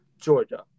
Georgia